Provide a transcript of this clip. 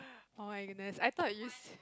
oh-my-goodness I thought you